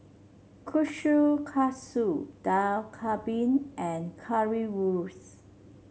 Kushikatsu Dak Galbi and Currywurst